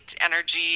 energy